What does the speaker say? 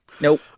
Nope